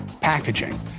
packaging